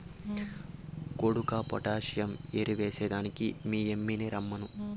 కొడుకా పొటాసియం ఎరువెస్తే దానికి మీ యమ్మిని రమ్మను